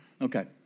Okay